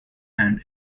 and